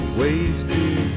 wasted